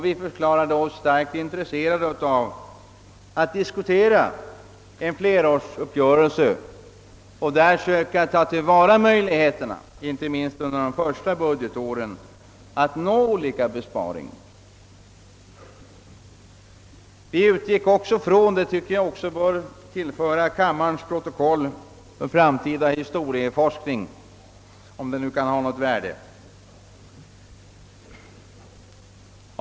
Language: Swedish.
Vi förklarade oss starkt intresserade av att diskutera en flerårsuppgörelse och därvid söka ta till vara möjligheterna, inte minst under de första budgetåren, att nå olika besparingar. Jag tycker också att något ytterligare om bakgrunden till det läge vi kommit 1 bör tillföras kammarens protokoll för framtida historieskrivning, om det kan ha något värde.